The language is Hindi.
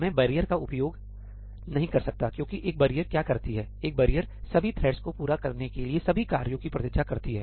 मैं बैरियर का उपयोग नहीं कर सकता क्योंकि एक बैरियरक्या करती है एक बैरियर सभी थ्रेड्सको पूरा करने के लिए सभी कार्यों की प्रतीक्षा करता है